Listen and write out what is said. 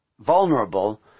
vulnerable